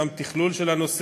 גם תכלול של הנושא.